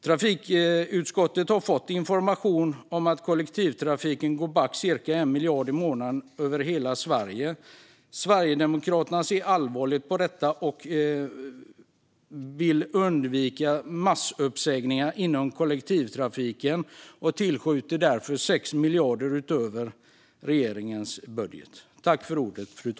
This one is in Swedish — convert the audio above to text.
Trafikutskottet har fått information om att kollektivtrafiken går back med cirka 1 miljard i månaden över hela Sverige. Sverigedemokraterna ser allvarligt på detta och vill undvika massuppsägningar inom kollektivtrafiken. Vi tillskjuter därför 6 miljarder utöver regeringens budget.